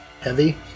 Heavy